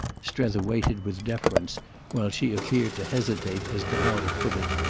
strether waited with deference while she appeared to hesitate as to how to put it.